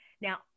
Now